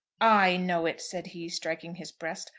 i know it, said he, striking his breast.